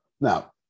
Now